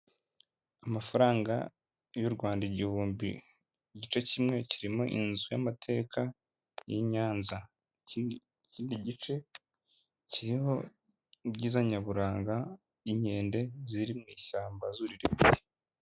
Amafaranga y'u Rwanda igihumbi .Igice kimwe kirimo inzu y'amateka y'i Nyanza. Ikindi gice kiriho ibyiza nyaburanga inkende ziri mu ishyamba zurira irembo.